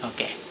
Okay